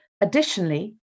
Additionally